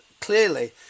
clearly